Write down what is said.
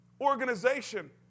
organization